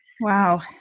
Wow